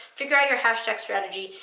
figure out your hashtag strategy.